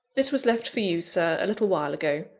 this was left for you, sir, a little while ago.